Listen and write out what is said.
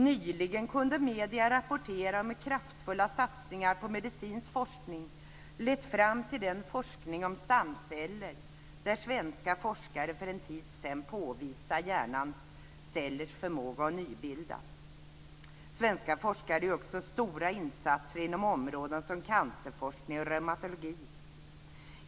Nyligen kunde medierna rapportera om hur kraftfulla satsningar på medicinsk forskning lett fram till den forskning om stamceller där svenska forskare för en tid sedan påvisade hjärnans cellers förmåga att nybildas. Svenska forskare gör också stora insatser inom områden som cancerforskning och reumatologi.